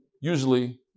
usually